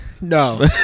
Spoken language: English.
no